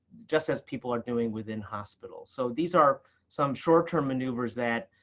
just as people are doing within hospitals. so these are some short-term maneuvers that